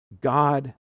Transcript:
God